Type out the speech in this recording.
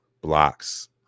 blocks